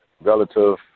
relative